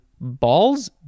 Balls